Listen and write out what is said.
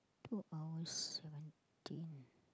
two hours seventeen